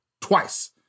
twice